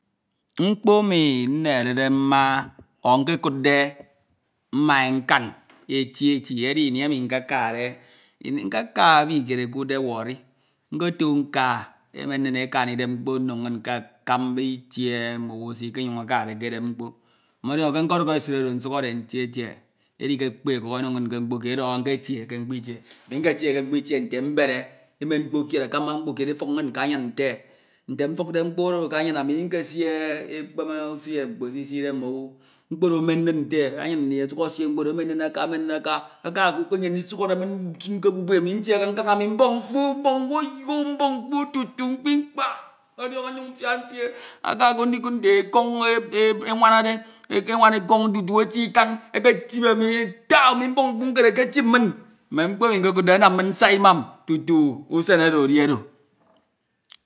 . Mkpo emi nneherede mma o nke kudde mna nkan eti eti ech ini nkekade, nkeka ebi kied ekuudde Warri. Nkotu nka, emen nin eka ndidee mkpo ke akamba ite mme owu esinyuñ ekade ekedep mkpo. Modiọñọ ke nkeduk esid ncuhore ntetie. E di ke kpe, ọkuk eno min mkpo kied edoho nketie ke mkpo ite ntie ke mkpo itie nte mbere, emen mkpo kied efuk inñ ke anyin nte Nte nfukae mkpo oro ke anyin ami nkesie ekpeme usie mkpo, esiside mme owu. Mkpo oro emen nin nte, annyin nni osuk esie mkpo oro, emen nin aka, emin nin aka, emen nin aka tutu eyem ndisukhọre min nsin ke ebube, ami ntie ke nkan emi mboñ mkpu, mboñ mkpu, mboñ mkpu tutu mkpu mkpu. Modioñọ mfiak ntie akako ndikud nte ekọñ enwanade, enwana ekọñ esi ikan etip tau, ami mleọñ mkpu nkere ke etip min Mme mkpo enni nkakudde anam min nsak imam tutu usan oro edi oro.